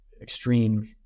extreme